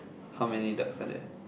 how many ducks are there